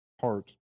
heart